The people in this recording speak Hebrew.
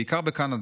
בעיקר בקנדה.